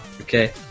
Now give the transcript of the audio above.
Okay